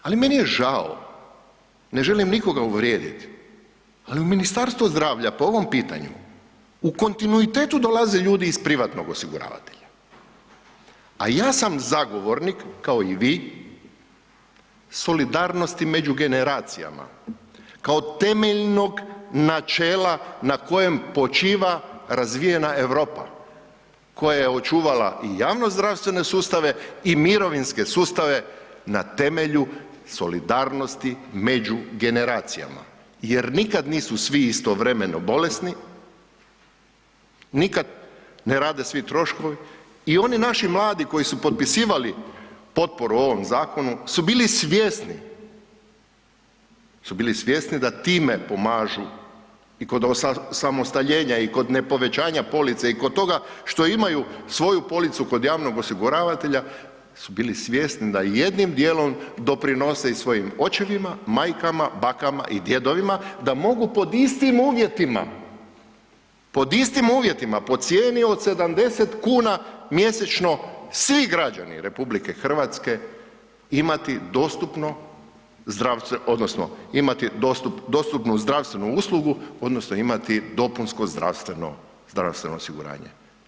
Ali meni je žao, ne želim nikoga uvrijediti, ali u Ministarstvo zdravlja po ovom pitanju u kontinuitetu dolaze ljudi iz privatnog osiguravatelja, a ja sam zagovornik kao i vi, solidarnosti među generacijama, kao temeljnog načela na kojem počiva razvijena Europa koja je očuvala i javno zdravstvene sustave i mirovinske sustave na temelju solidarnosti među generacijama jer nikad nisu svi istovremeno bolesni, nikad ne rade svi troškove i oni naši mladi koji su potpisivali potporu ovom zakonu su bili svjesni da time pomažu i kod osamostaljenja i kod ne povećanja police i kod toga što imaju svoju policu kod javnog osiguravatelja, su bili svjesni da i jednim dijelom doprinose i svojim očevima, majkama, bakama i djedovima da mogu pod istim uvjetima, pod istim uvjetima, po cijeni od 70 kuna mjesečno svi građani RH imati dostupno zdravstveno odnosno imati dostupnu zdravstvenu uslugu odnosno imati dopunsko zdravstveno osiguranje.